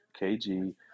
KG